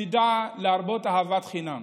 נדע להרבות אהבת חינם.